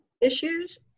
issues